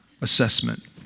assessment